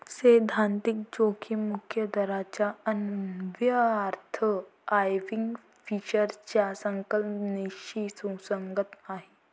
सैद्धांतिक जोखीम मुक्त दराचा अन्वयार्थ आयर्विंग फिशरच्या संकल्पनेशी सुसंगत आहे